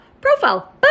profile